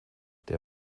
der